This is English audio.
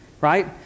Right